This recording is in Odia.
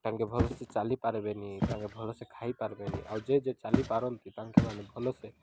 ତାଙ୍କେ ଭଲସେ ଚାଲିପାରବେନି ତାଙ୍କେ ଭଲସେ ଖାଇପାରବେନି ଆଉ ଯେ ଯେ ଚାଲିପାରନ୍ତି ତାଙ୍କେମାନେ ଭଲସେ